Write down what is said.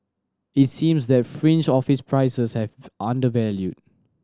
it seems that fringe office prices have undervalued